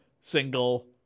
single